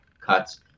cuts